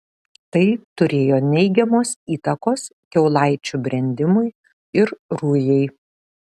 tai turėjo neigiamos įtakos kiaulaičių brendimui ir rujai